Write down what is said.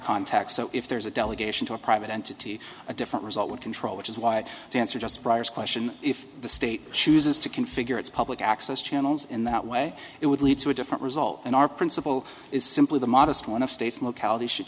context so if there is a delegation to a private entity a different result would control which is why the answer just briars question if the state chooses to configure its public access channels in that way it would lead to a different result in our principle is simply the modest one of states and localities should